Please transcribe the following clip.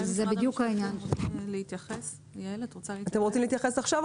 אתם רוצים להתייחס עכשיו,